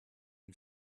dem